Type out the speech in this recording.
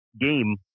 game